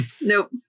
Nope